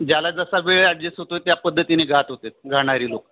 ज्याला जसा वेळ ॲडजेस् होतोय त्या पद्धतीने गात होतेे गाणारी लोकं